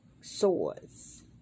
sores